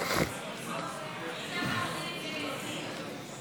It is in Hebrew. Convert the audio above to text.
ההסתייגויות לסעיף 13